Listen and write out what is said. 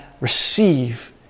receive